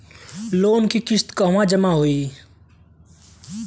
Loan के किस्त कहवा जामा होयी?